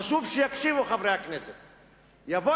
חשוב שחברי הכנסת יקשיבו.